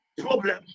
problem